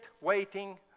waiting